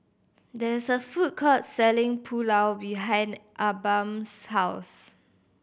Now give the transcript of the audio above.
there is a food court selling Pulao behind Abram's house